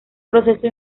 proceso